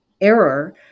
error